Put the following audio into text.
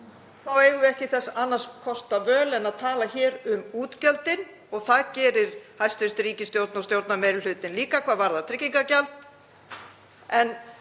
röð eigum við ekki annarra kosta völ en að tala um útgjöldin og það gerir hæstv. ríkisstjórn og stjórnarmeirihlutinn líka hvað varðar tryggingagjald.